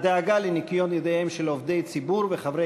הדאגה לניקיון ידיהם של עובדי ציבור וחברי